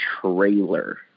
trailer